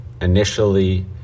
Initially